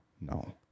No